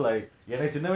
oh